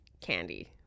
Candy